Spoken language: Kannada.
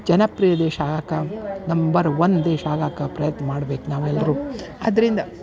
ಜನಪ್ರಿಯ ದೇಶ ಆಗೋಕೆ ನಂಬರ್ ಒನ್ ದೇಶ ಆಗೋಕೆ ಪ್ರಯತ್ನ ಮಾಡ್ಬೇಕು ನಾವೆಲ್ಲರೂ ಅದರಿಂದ